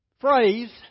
phrase